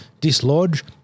dislodge